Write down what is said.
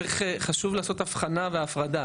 חשוב לעשות הבחנה והפרדה.